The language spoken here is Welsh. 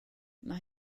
mae